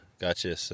Gotcha